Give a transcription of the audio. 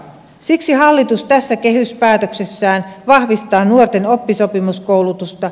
siksi hallitus tässä kehyspäätöksessään vahvistaa nuorten oppisopimuskoulutusta